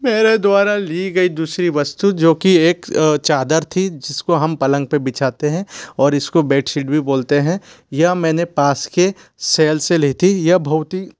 मेरे द्वारा ली गई दूसरी वस्तु जो कि एक चादर थी जिसको हम पलंग पर बिछाते हैं और इसको बेडशीट भी बोलते हैं यह मैंने पास के सेल से ली थी यह बहुत ही